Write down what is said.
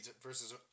versus